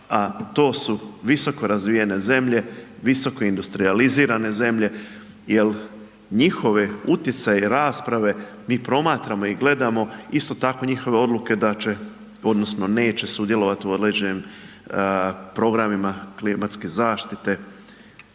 a to su visokorazvijene zemlje, visokoindustrijalizirane zemlje, jer njihove utjecaje i rasprave mi promatramo i gledamo isto tako njihove odluke da će odnosno neće sudjelovati u određenim programima klimatske zaštite.